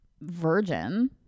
virgin